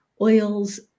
Oils